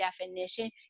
definition